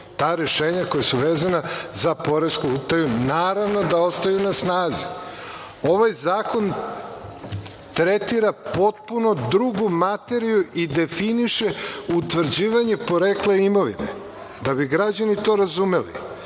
Ta rešenja koja su vezana za poresku utaju naravno da ostaju na snazi. Ovaj zakon tretira potpuno drugu materiju i definiše utvrđivanje porekla imovine. Da bi građani to razumeli